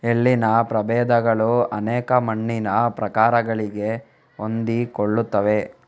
ಎಳ್ಳಿನ ಪ್ರಭೇದಗಳು ಅನೇಕ ಮಣ್ಣಿನ ಪ್ರಕಾರಗಳಿಗೆ ಹೊಂದಿಕೊಳ್ಳುತ್ತವೆ